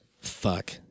Fuck